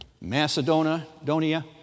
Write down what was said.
Macedonia